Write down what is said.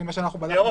לא.